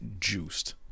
juiced